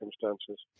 circumstances